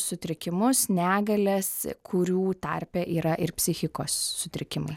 sutrikimus negalias kurių tarpe yra ir psichikos sutrikimai